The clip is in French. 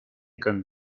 comme